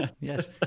Yes